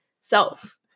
self